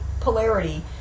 polarity